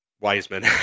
Wiseman